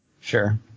Sure